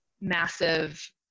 massive